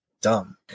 dumb